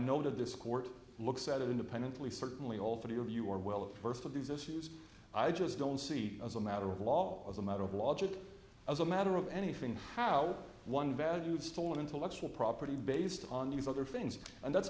noted this court looks at it independently certainly all for your view or well first of these issues i just don't see it as a matter of law as a matter of logic as a matter of anything how one valued stolen intellectual property based on these other things and that's